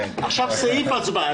עכשיו, סעיף, הצבעה.